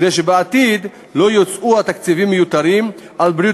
כדי שבעתיד לא יוצאו תקציבים מיותרים על בריאות